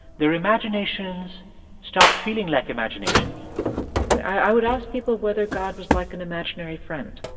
their imaginations stopped feeling like imagination i would ask people whether god was like an imaginary friend,